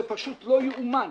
זה פשוט לא יאומן,